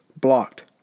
blocked